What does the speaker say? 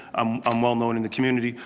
um um well-known in the community.